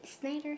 Snyder